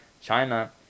china